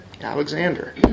Alexander